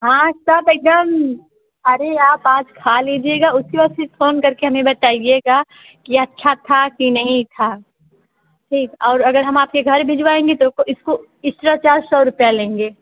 हाँ सब एकदम अरे आप आज खा लीजिएगा उसके बाद फिर फ़ोन करके हमें बताइएगा कि अच्छा था कि नहीं था ठीक और अगर हम आपके घर भिजवाएँगी तो इसको इक्स्ट्रा चार्ज सौ रुपया लेंगे